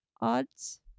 Odds